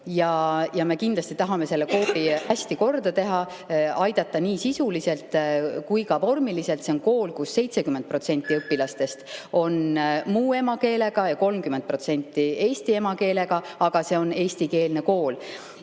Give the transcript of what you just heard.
Me kindlasti tahame selle kooli hästi korda teha, aidata nii sisuliselt kui ka vormiliselt. See on kool, kus 70% õpilastest on muu emakeelega ja 30% on eesti emakeelega, aga see on eestikeelne kool.